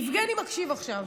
יבגני מקשיב עכשיו,